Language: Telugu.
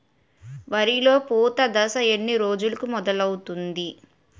వరిలో పూత దశ ఎన్ని రోజులకు మొదలవుతుంది?